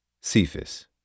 Cephas